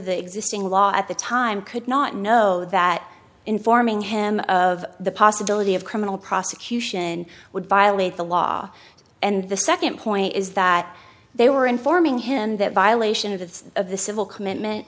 the existing law at the time could not know that informing him of the possibility of criminal prosecution would violate the law and the second point is that they were informing him that violation of the of the civil commitment